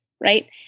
Right